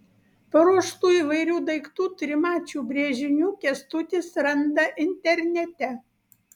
paruoštų įvairių daiktų trimačių brėžinių kęstutis randa internete